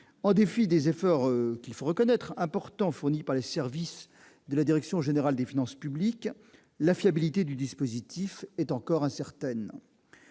En dépit des efforts importants fournis par les services de la direction générale des finances publiques, la fiabilité du dispositif est encore incertaine.